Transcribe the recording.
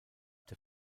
der